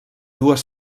dues